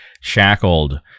Shackled